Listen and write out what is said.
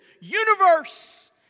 universe